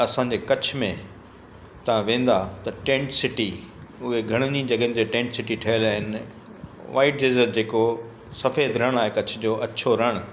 असांजे कच्छ में तव्हां वेंदा त टेंट सिटी उहे घणनि ई जॻहयुनि ते टेंट सिटी ठहियल आहिनि वाइट डेजर्ट जे को सफेद रण आहे कच्छ जो अछो रण